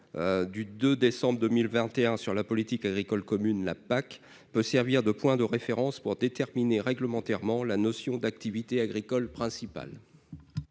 du 2 décembre 2021 sur la politique agricole commune peut servir de point de référence pour déterminer réglementairement la notion d'activité agricole principale.